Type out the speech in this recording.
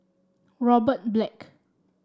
Robert Black